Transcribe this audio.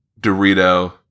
Dorito